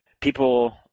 People